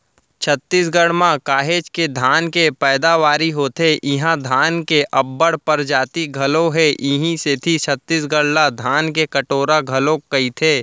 छत्तीसगढ़ म काहेच के धान के पैदावारी होथे इहां धान के अब्बड़ परजाति घलौ हे इहीं सेती छत्तीसगढ़ ला धान के कटोरा घलोक कइथें